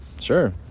Sure